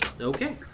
Okay